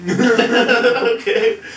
Okay